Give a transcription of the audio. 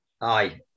aye